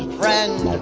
friend